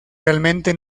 realmente